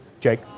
jake